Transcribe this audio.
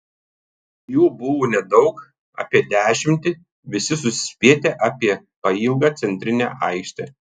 jų buvo nedaug apie dešimtį visi susispietę apie pailgą centrinę aikštę